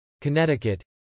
Connecticut